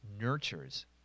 nurtures